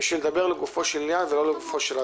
בשביל לדבר לגופו של עניין ולא לגופו של אדם.